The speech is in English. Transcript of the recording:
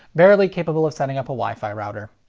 barely capable of setting up a wifi router.